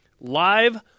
live